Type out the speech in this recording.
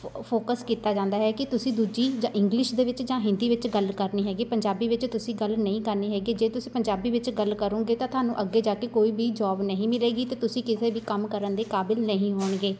ਫੋ ਫੋਕਸ ਕੀਤਾ ਜਾਂਦਾ ਹੈ ਕਿ ਤੁਸੀਂ ਦੂਜੀ ਜਾਂ ਇੰਗਲਿਸ਼ ਦੇ ਵਿੱਚ ਜਾਂ ਹਿੰਦੀ ਵਿੱਚ ਗੱਲ ਕਰਨੀ ਹੈਗੀ ਪੰਜਾਬੀ ਵਿੱਚ ਤੁਸੀਂ ਗੱਲ ਨਹੀਂ ਕਰਨੀ ਹੈਗੀ ਜੇ ਤੁਸੀਂ ਪੰਜਾਬੀ ਵਿੱਚ ਗੱਲ ਕਰੋਂਗੇ ਤਾਂ ਤੁਹਾਨੂੰ ਅੱਗੇ ਜਾ ਕੇ ਕੋਈ ਵੀ ਜੋਬ ਨਹੀਂ ਮਿਲੇਗੀ ਅਤੇ ਤੁਸੀਂ ਕਿਸੇ ਵੀ ਕੰਮ ਕਰਨ ਦੇ ਕਾਬਿਲ ਨਹੀਂ ਹੋਣਗੇ